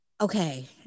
Okay